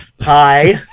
Hi